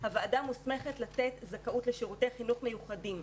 הוועדה מוסמכת לתת זכאות לשירותי חינוך מיוחדים.